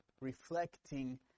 reflecting